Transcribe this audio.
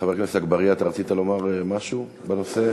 חבר הכנסת אגבאריה, אתה רצית לומר משהו בנושא?